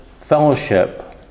fellowship